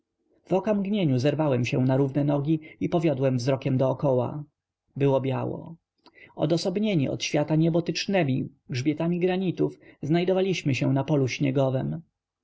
w oka mgnieniu zerwałem się na równe nogi i powiodłem wzrokiem dokoła było biało odosobnieni od świata niebotycznemi grzbietami granitów znajdowaliśmy się na polu śniegowem